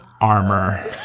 armor